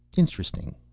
interesting.